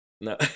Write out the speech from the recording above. No